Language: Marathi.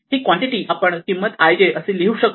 ही कॉन्टिटी आपण किंमत ij अशी लिहू शकतो